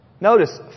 Notice